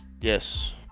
yes